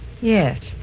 Yes